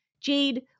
Jade